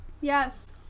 Yes